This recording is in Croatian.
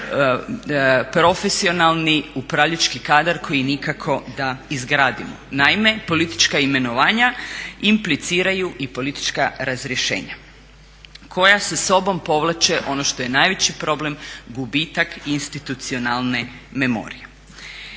profesionalni upravljački kadar koji nikako da izgradimo. Naime, politička imenovanja impliciraju i politička razrješenja koja sa sobom povlače ono što je najveći problem gubitak institucionalne memorije.